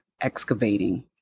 excavating